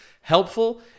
helpful